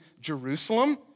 Jerusalem